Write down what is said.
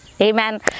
Amen